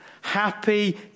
Happy